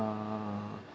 uh